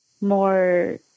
more